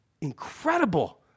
incredible